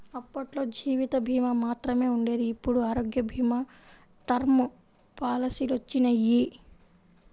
అప్పట్లో జీవిత భీమా మాత్రమే ఉండేది ఇప్పుడు ఆరోగ్య భీమా, టర్మ్ పాలసీలొచ్చినియ్యి